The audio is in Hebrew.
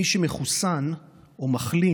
מי שמחוסן או מחלים